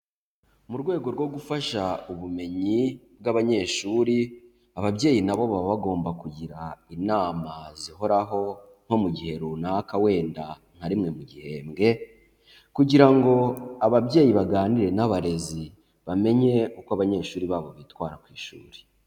Mu rwego rwo gufasha ubumenyi bw'abanyeshuri, ababyeyi nabo baba bagomba kugira inama zihoraho nko mu gihe runaka wenda nka rimwe mu gihembwe, kugira ngo ababyeyi baganire n'abarezi, bamenye uko abanyeshuri babo bitwara ku ishuri.